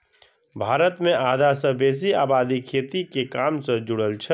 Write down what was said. भारत मे आधा सं बेसी आबादी खेती के काम सं जुड़ल छै